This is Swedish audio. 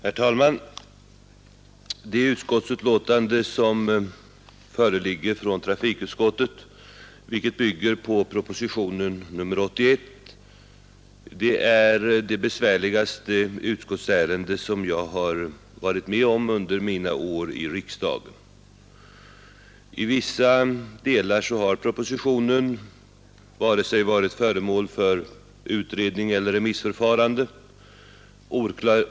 Herr talman! Det föreliggande betänkandet från trafikutskottet, vilket bygger på propositionen 81, är det besvärligaste ärende som jag har varit med om att behandla i ett utskott under mina år i riksdagen. I vissa delar har propositionen inte varit föremål för vare sig utredning eller remissförfarande.